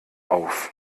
auf